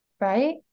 right